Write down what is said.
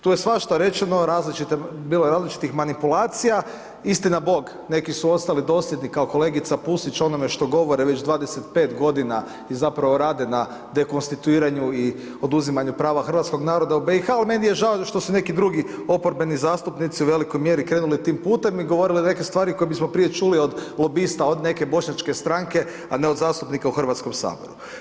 Tu je svašta rečeno, bilo je različitih manipulacija, istina Bog, neki su ostali dosljedni, kao kolegica Pusić, onome što govore već 25 g. i zapravo rade na dekonsitutiranju i oduzimanju prava Hrvatskog naroda u BIH, ali meni je žao što su neki drugi oporbeni zastupnici u velikoj mjeri krenuli tim putem i govorili neke stvari koje bismo prije čuli od lobista, od neke bošnjačke stranke a ne od zastupnika u Hrvatskom saboru.